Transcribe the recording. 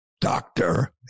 doctor